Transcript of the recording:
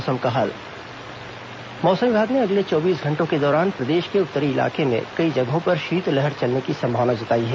मौसम मौसम विभाग ने अगले चौबीस घंटों के दौरान प्रदेश के उत्तरी इलाके में कई जगहों पर शीतलहर चलने की संभावना जताई है